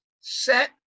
set